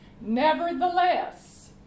nevertheless